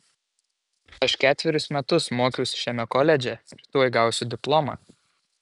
aš ketverius metus mokiausi šiame koledže ir tuoj gausiu diplomą